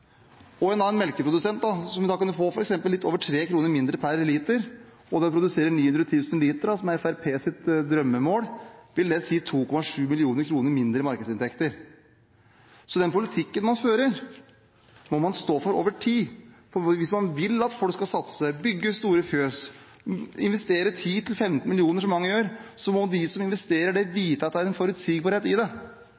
For en annen melkeprodusent som da vil kunne få f.eks. litt over 3 kr mindre per liter, og de produserer 900 000 liter som er Fremskrittspartiets drømmemål, vil det si 2,7 mill. kr mindre i markedsinntekter. Så den politikken man fører, må man stå for over tid, for hvis man vil at folk skal satse, bygge store fjøs og investere 10–15 mill. kr, som mange gjør, så må de som investerer, vite at det